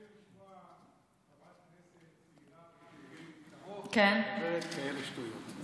קשה לי לשמוע חברת כנסת צעירה ואינטליגנטית כמוך מדברת כאלה שטויות.